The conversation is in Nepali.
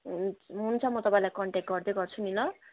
हुन्छ म तपाईँलाई कन्ट्याक्ट गर्दै गर्छु नि ल